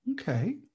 Okay